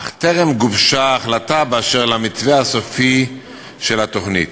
אך טרם גובשה החלטה באשר למתווה הסופי של התוכנית.